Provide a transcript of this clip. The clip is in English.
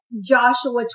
Joshua